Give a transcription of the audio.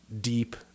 deep